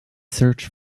search